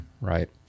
right